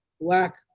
Black